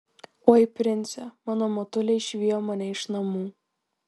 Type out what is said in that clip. oi prince mano motulė išvijo mane iš namų